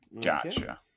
Gotcha